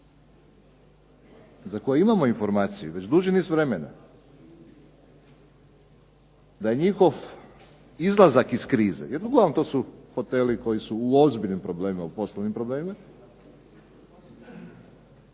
za koje imamo informaciju već duži niz vremena da njihov izlazak iz krize, jer uglavnom su to hoteli koji su u ozbiljnim problemima, u poslovnim problemima,